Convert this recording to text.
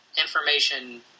information